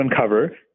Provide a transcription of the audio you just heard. uncover